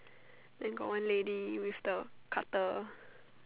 then got one lady with the cutter